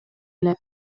эле